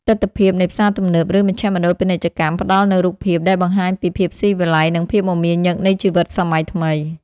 ទិដ្ឋភាពនៃផ្សារទំនើប ឬមជ្ឈមណ្ឌលពាណិជ្ជកម្មផ្ដល់នូវរូបភាពដែលបង្ហាញពីភាពស៊ីវិល័យ និងភាពមមាញឹកនៃជីវិតសម័យថ្មី។